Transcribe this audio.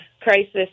crisis